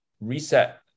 reset